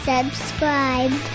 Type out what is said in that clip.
Subscribe